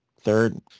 third